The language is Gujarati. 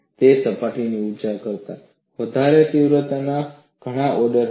તે સપાટી ઊર્જા કરતા વધારે તીવ્રતાના ઘણા ઓર્ડર હતા